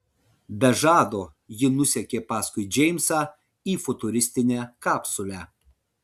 be žado ji nusekė paskui džeimsą į futuristinę kapsulę